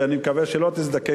ואני מקווה שלא תזדקק,